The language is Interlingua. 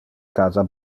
casa